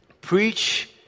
preach